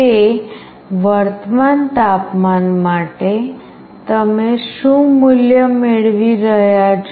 તે વર્તમાન તાપમાન માટે તમે શું મૂલ્ય મેળવી રહ્યા છો